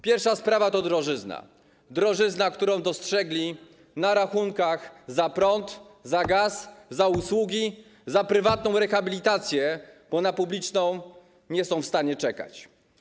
Pierwsza sprawa to drożyzna, którą dostrzegli na rachunkach za prąd, za gaz, za usługi, za prywatną rehabilitację, bo na publiczną nie są w stanie czekać.